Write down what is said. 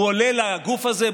הוא עולה לגוף הזה.